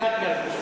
מנהיגת מרצ,